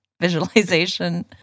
visualization